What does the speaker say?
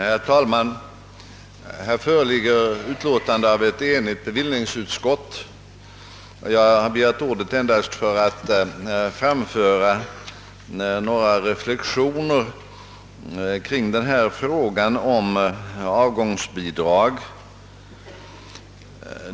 Herr talman! Det föreliggande betänkandet har avgivits av ett enigt bevillningsutskott, och jag har begärt ordet närmast för att framföra några reflexioner kring frågan om avgångsbidrag.